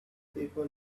people